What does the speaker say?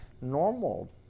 normal